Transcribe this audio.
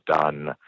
done